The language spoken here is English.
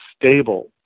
stable